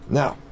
now